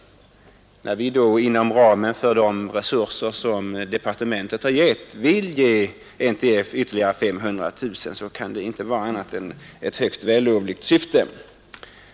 När vi inom de resurser som anslagits av departementet vill ge NTF ytterligare 500 000 kronor, så kan det därför inte vara annat än ett högst vällovligt syfte.